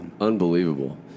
Unbelievable